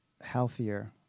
healthier